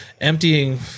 emptying